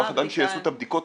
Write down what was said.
מה הבדיקה?